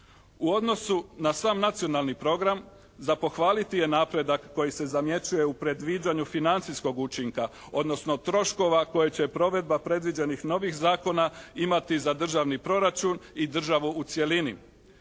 U odnosu na sam Nacionalni program za pohvaliti je napredak koji se zamjećuje u predviđanju financijskog učinka odnosno troškova koje će provedba predviđenih novih zakona imati za državni proračun i državu u cjelini.